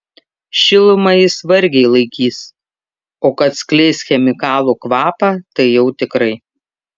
šilumą jis vargiai laikys o kad skleis chemikalų kvapą tai jau tikrai